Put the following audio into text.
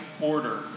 order